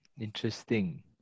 interesting